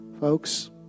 Folks